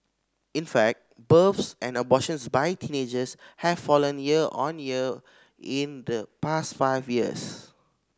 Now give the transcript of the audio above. in fact births and abortions by teenagers have fallen year on year in the past five years